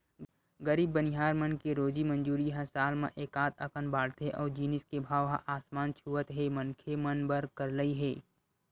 गरीब बनिहार मन के रोजी मंजूरी ह साल म एकात अकन बाड़थे अउ जिनिस के भाव ह आसमान छूवत हे मनखे मन बर करलई हे